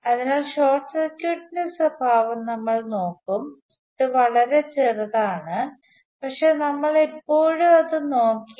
അതിനാൽ ഷോർട്ട് സർക്യൂട്ടിന്റെ സ്വഭാവം നമ്മൾ നോക്കും ഇത് വളരെ ചെറുതാണ് പക്ഷേ നമ്മൾ ഇപ്പോഴും അത് നോക്കി